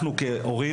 כהורים,